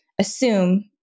assume